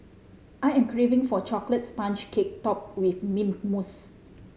I am craving for a chocolate sponge cake topped with mint mousse